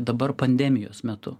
dabar pandemijos metu